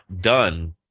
done